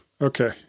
Okay